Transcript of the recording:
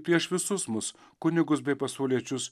prieš visus mus kunigus bei pasauliečius